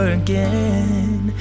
again